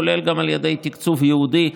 כולל על ידי תקצוב ייעודי,